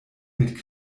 mit